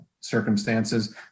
circumstances